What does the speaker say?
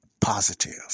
positive